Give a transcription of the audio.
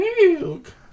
milk